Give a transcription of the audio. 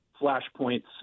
flashpoints